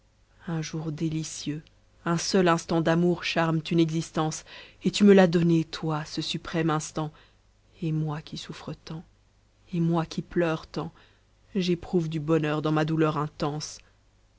un jour délicieux un seul instant d'amour charment une existence et tu me l'as donné toi ce suprême instant et moi qui souffre tant et moi qui pleure tant j'éprouve du bonheur dans ma douleur intense